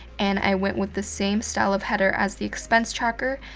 and i went with the same style of header as the expense tracker,